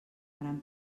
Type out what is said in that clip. gran